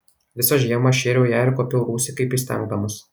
visą žiemą aš šėriau ją ir kuopiau rūsį kaip įstengdamas